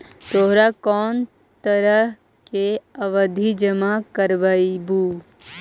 तोहरा कौन तरह के आवधि जमा करवइबू